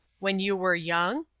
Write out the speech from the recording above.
when you were young?